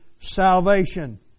salvation